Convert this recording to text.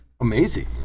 amazing